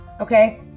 Okay